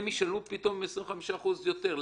הם ישלמו פתאום 25% יותר.